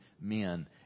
men